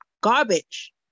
garbage